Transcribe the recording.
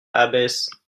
abbesse